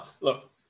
look